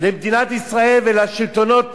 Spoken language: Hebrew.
למדינת ישראל ולשלטונות